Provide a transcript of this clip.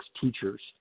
teachers